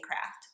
craft